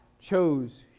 chose